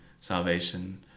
salvation